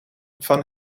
van